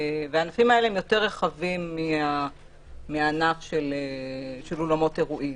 הענפים האלה הם יותר רחבים מהענף של אולמות אירועים.